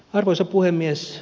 arvoisa puhemies